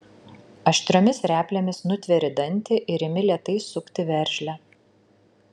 aštriomis replėmis nutveri dantį ir imi lėtai sukti veržlę